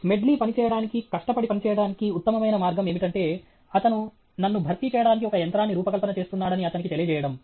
Smedley పని చేయడానికి కష్టపడి పనిచేయడానికి ఉత్తమమైన మార్గం ఏమిటంటే అతను నన్ను భర్తీ చేయడానికి ఒక యంత్రాన్ని రూపకల్పన చేస్తున్నాడని అతనికి తెలియజేయడం